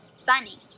funny